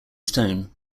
stone